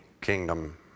kingdom